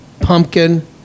pumpkin